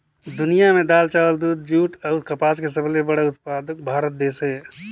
दुनिया में दाल, चावल, दूध, जूट अऊ कपास के सबले बड़ा उत्पादक भारत देश हे